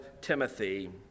Timothy